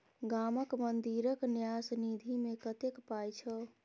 गामक मंदिरक न्यास निधिमे कतेक पाय छौ